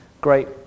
great